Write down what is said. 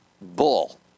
Bull